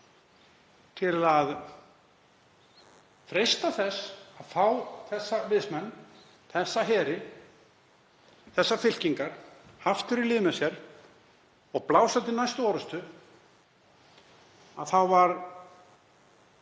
til að freista þess að fá þessa liðsmenn, þessa heri, þessar fylkingar, aftur í lið með sér og blása til næstu orrustu var